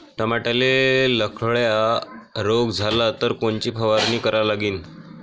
टमाट्याले लखड्या रोग झाला तर कोनची फवारणी करा लागीन?